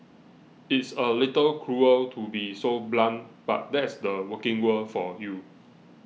it's a little cruel to be so blunt but that's the working world for you